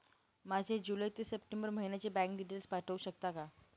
माझे जुलै ते सप्टेंबर महिन्याचे बँक डिटेल्स पाठवू शकता का?